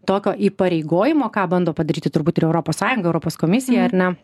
tokio įpareigojimo ką bando padaryti turbūt ir europos sąjunga europos komisija ar ne